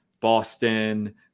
Boston